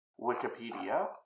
Wikipedia